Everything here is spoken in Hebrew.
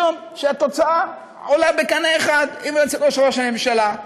משום שהתוצאה עולה בקנה אחד עם רצונו של ראש הממשלה.